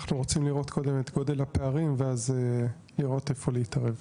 אנחנו רוצים לראות קודם את גודל הפערים ואז לראות איפה להתערב.